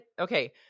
okay